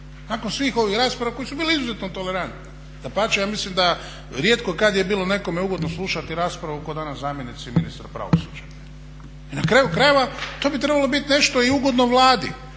nakon svih ovih rasprava koje su bile izuzetno tolerantne. Dapače, ja mislim da rijetko kad je bilo nekome ugodno slušati raspravu kao danas zamjenici ministra pravosuđa. I na kraju krajeva to bi trebalo biti nešto i ugodno Vladi.